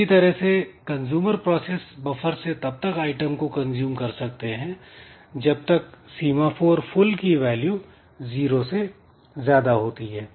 इसी तरह से कंजूमर प्रोसेस बफर से तब तक आइटम को कंज्यूम कर सकते हैं जब तक सीमाफोर फुल की वैल्यू जीरो से ज्यादा होती है